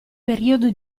periodo